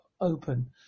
open